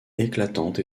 éclatante